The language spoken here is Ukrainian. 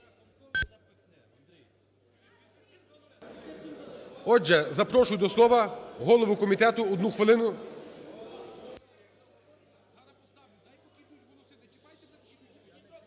Отже, запрошую до слова голову комітету, 1 хвилину.